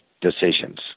decisions